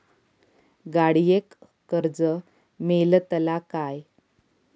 गाडयेक कर्ज मेलतला काय?